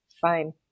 Fine